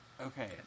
Okay